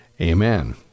amen